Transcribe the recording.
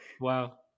wow